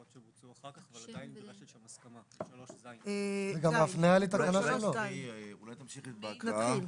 וגם בהפניה לתקנה 3. אולי תמשיכי בהקראה?